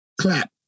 Clap